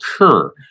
occur